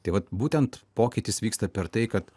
tai vat būtent pokytis vyksta per tai kad